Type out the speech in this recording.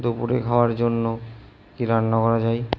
দুপুরে খাওয়ার জন্য কী রান্না করা যায়